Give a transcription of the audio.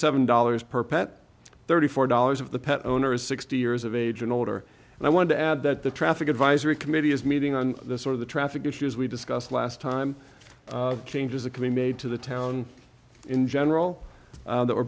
seven dollars per pet thirty four dollars of the pet owner is sixty years of age and older and i wanted to add that the traffic advisory committee is meeting on the sort of the traffic issues we discussed last time changes that could be made to the town in general that were